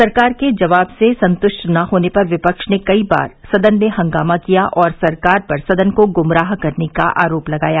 सरकार के जवाब से संतृष्ट न होने पर विपक्ष ने कई बार सदन में हंगामा किया और सरकार पर सदन को गुमराह करने का आरोप लगाया